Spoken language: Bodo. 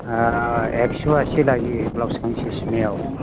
एकस' आसि लायो ब्लाउस गांसे सुनायाव